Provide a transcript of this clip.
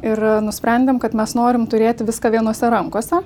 ir nusprendėm kad mes norim turėti viską vienose rankose